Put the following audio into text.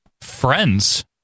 Friends